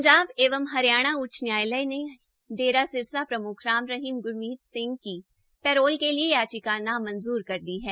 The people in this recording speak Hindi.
पंजाब एवं हरियाणा उच्च न्यायालय ने डेरा सिरसा प्रम्ख राम रहीम ग्रमीत सिंह की पैरोल के लिये याचिका न मंजूर कर दी है